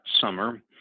Summer